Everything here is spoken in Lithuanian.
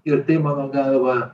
ir tai mano galva